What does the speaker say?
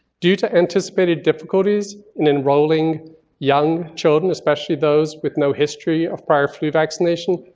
due to anticipated difficulties in enrolling young children, especially those with no history of prior flu vaccination,